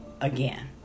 again